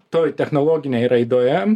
toj technologinėj raidoje